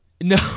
No